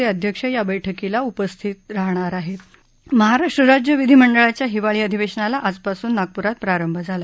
च ििध्यक्ष या बैठकीला उपस्थित राहणार आहर्ति महाराष्ट्र राज्य विधीमंडळाच्या हिवाळी अधिवेशनाला आजपासून नागपुरात प्रारंभ झाला